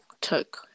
took